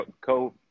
co